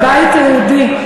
הבית היהודי.